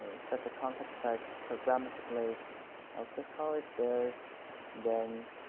set the context path programmatically i'll just call it this then